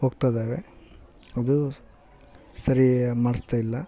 ಹೋಗ್ತದವೆ ಅದು ಸರಿ ಮಾಡಿಸ್ತಾಯಿಲ್ಲ